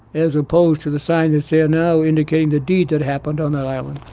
as opposed to the sign that's there now indicating the deed that happened on that island